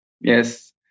Yes